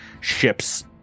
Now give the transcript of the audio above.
ship's